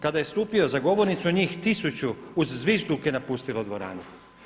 Kada je stupio za govornicu njih tisuću uz zvižduke napustilo dvoranu.